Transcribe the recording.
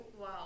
Wow